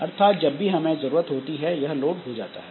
अर्थात जब भी हमें जरूरत होती है यह लोड हो जाता है